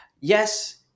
yes